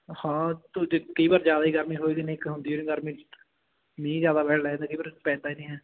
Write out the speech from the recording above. ਹਾਂ ਕਈ ਵਾਰ ਜ਼ਿਆਦਾ ਹੀ ਗਰਮੀ ਹੋ ਜਾਂਦੀ ਨਹੀਂ ਤਾਂ ਹੁੰਦੀ ਓ ਨਹੀਂ ਗਰਮੀ ਮੀਂਹ ਜ਼ਿਆਦਾ ਪੈਣ ਲੱਗ ਜਾਂਦਾ ਕਈ ਵਾਰ ਪੈਂਦਾ ਹੀ ਨਹੀਂ ਹੈ